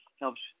helps